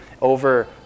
over